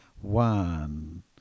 one